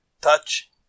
touch